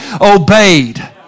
obeyed